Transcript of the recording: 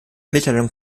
mitteilung